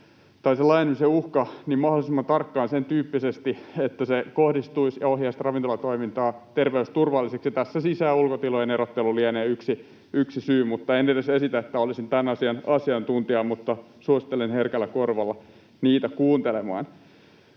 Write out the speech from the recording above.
tai sen laajenemisen uhka on päällä, mahdollisimman tarkkaan sentyyppisesti, että se kohdistuisi ja ohjaisi sitä ravintolatoimintaa terveysturvalliseksi. Tässä sisä- ja ulkotilojen erottelu lienee yksi syy, mutta en edes esitä, että olisin tämän asian asiantuntija, mutta suosittelen herkällä korvalla heitä kuuntelemaan.